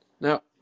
Now